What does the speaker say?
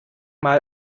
mal